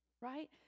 right